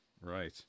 right